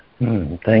Thank